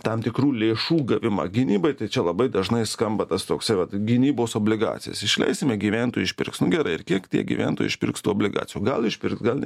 tam tikrų lėšų gavimą gynybai tai čia labai dažnai skamba tas toksai vat gynybos obligacijas išleisime gyventojai išpirks nu gerai ir kiek tie gyventojai išpirktų obligacijų gal išpirks gal ne